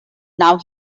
now